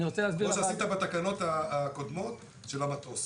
כמו שעשית בתקנות הקודמות של המטוס.